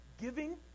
giving